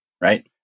Right